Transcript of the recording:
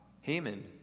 Haman